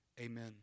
Amen